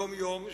יום יום,